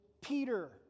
Peter